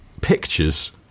pictures